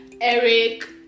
eric